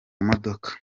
modoka